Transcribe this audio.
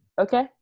Okay